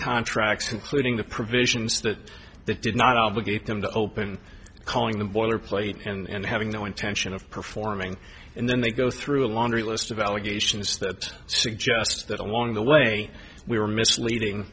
contracts including the provisions that they did not obligate them to open calling them boilerplate and having no intention of performing and then they go through a laundry list of allegations that suggest that along the way we were misleading